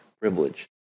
privilege